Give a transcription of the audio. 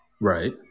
Right